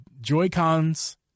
Joy-Cons